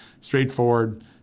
straightforward